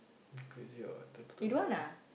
crazy or what tie to the finger